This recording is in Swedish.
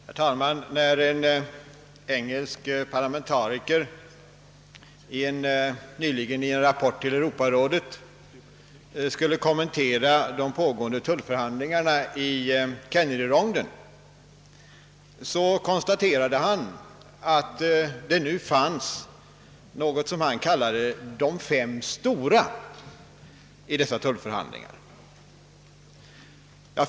Herr talman! När en engelsk parla mentariker nyligen i en rapport till Europarådet skulle kommentera de pågående tullförhandlingarna i Kennedyronden konstaterade han att det nu fanns något som han kallade »De fem stora» i dessa tullförhandlingar.